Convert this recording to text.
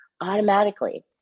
automatically